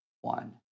one